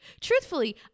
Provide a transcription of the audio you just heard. truthfully